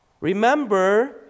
Remember